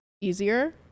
easier